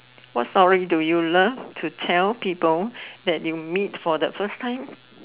what story do you love to tell people that you meet for the first time